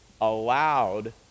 allowed